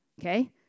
Okay